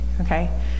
okay